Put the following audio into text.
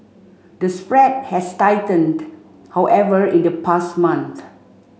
the spread has tightened however in the past month